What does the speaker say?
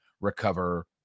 recover